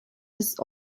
ist